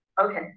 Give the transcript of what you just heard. Okay